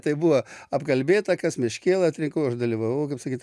tai buvo apkalbėta kas meškėla atvyko aš dalyvavau kaip sakyt